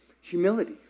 Humility